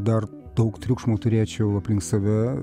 dar daug triukšmo turėčiau aplink save